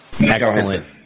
Excellent